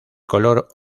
color